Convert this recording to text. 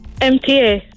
MTA